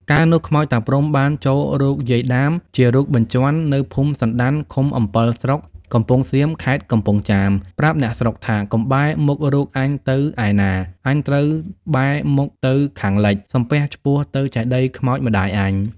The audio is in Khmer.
កាលនោះ ខ្មោចតាព្រហ្ម បានចូលរូបយាយដាមជារូបបញ្ជាន់នៅភូមិសណ្ដាន់ឃុំអម្ពិលស្រុក កំពង់សៀម ខេត្តកំពង់ចាម ប្រាប់អ្នកស្រុកថា កុំបែរមុខរូបអញទៅឯណា អញត្រូវបែរមុខទៅខាងលិច សំពះឆ្ពោះទៅចេតិយខ្មោចម្ដាយអញ ។